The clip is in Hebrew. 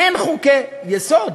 אין חוקי-יסוד.